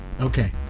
Okay